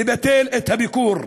לבטל את הביקור.